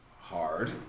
hard